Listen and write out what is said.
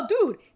dude